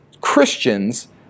Christians